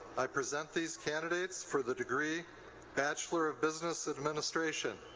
i present these candidates for the degree bachelor of business administration.